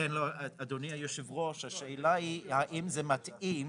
אדוני היושב ראש, השאלה היא אם זה מתאים.